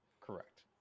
correct